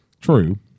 True